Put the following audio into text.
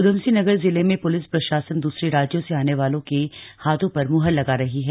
ऊधमसिंह नगर जिले में पूलिस प्रशासन दूसरे राज्यों से आने वालों के हाथों पर मुहर लगा रही है